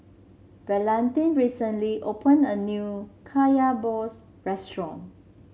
Valentin recently opened a new Kaya Balls restaurant